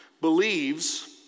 believes